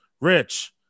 Rich